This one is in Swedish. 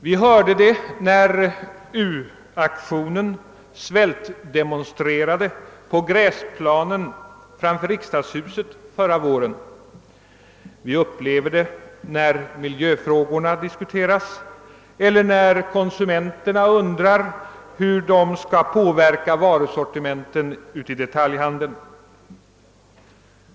Vi hörde det när ungdomarna i u-aktionen svältdemonstrerade på gräsplanen framför riksdagshuset förra våren. Vi upplever det när miljöfrågorna diskute ras eller när konsumenterna undrar hur de skall påverka varusortimenten i detaljhandeln.